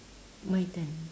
my turn